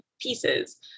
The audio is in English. pieces